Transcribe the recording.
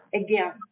again